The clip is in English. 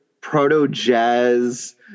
proto-jazz